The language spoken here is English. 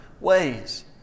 ways